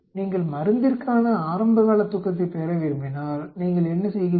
நீங்கள் மருந்திற்கான ஆரம்பகால தூக்கத்தைப் பெற விரும்பினால் நீங்கள் என்ன செய்கிறீர்கள்